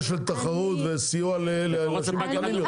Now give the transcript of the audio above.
של תחרות וסיוע לספקים קטנים יותר,